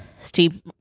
Steve